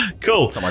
Cool